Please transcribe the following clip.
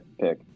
pick